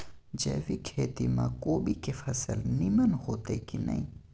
जैविक खेती म कोबी के फसल नीमन होतय की नय?